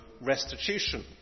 restitution